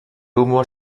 humo